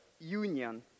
union